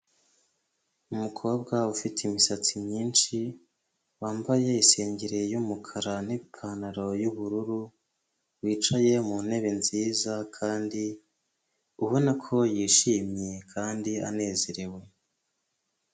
Umukobwa ufite imisatsi myinshi wambaye isengeri y'umukara n'ipantaro y'ubururu wicaye mu ntebe nziza kandi ubona ko yishimye kandi anezerewe.